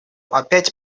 опять